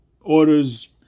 orders